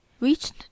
reached